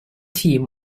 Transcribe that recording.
team